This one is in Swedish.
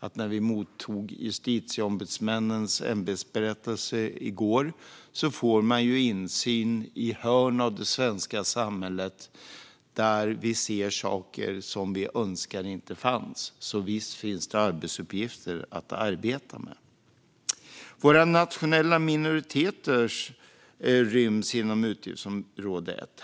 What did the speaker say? Men vi mottog i går justitieombudsmännens ämbetsberättelse, och precis som Mia Sydow Mölleby påpekade får man där insyn i hörn av det svenska samhället och ser saker som vi önskar inte fanns. Så visst finns det arbetsuppgifter att arbeta med. Våra nationella minoriteter ryms inom utgiftsområde 1.